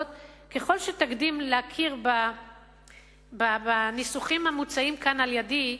ככל שתקדים להכיר בניסוחים המוצעים כאן על-ידי,